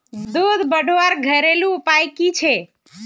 दूध बढ़वार घरेलू उपाय की छे?